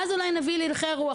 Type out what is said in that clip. ואז אולי נביא להלכי רוח,